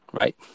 right